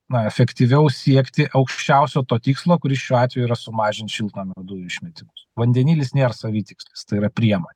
na efektyviau siekti aukščiausio to tikslo kuris šiuo atveju yra sumažint šiltnamio dujų išmetimus vandenilis nėra savitikslis tai yra priemonė